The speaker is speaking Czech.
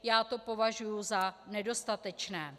Já to považuji za nedostatečné.